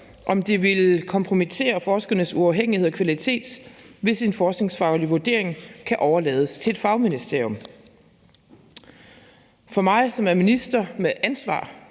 om det ville kompromittere forskernes uafhængighed og kvalitet, hvis en forskningsfaglig vurdering kan overlades til et fagministerium. For mig, som er minister med ansvar